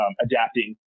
adapting